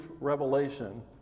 revelation